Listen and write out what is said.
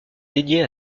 dédié